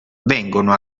vengono